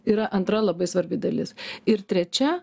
yra antra labai svarbi dalis ir trečia